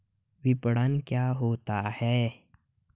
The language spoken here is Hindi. विपणन क्या होता है?